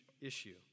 issue